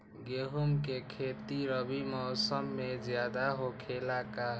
गेंहू के खेती रबी मौसम में ज्यादा होखेला का?